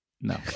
No